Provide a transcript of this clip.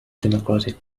democratic